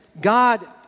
God